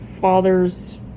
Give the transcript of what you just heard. father's